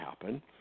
happen